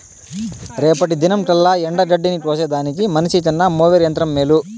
రేపటి దినంకల్లా ఎండగడ్డిని కోసేదానికి మనిసికన్న మోవెర్ యంత్రం మేలు